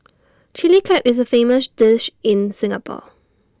Chilli Crab is A famous dish in Singapore